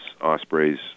ospreys